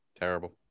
Terrible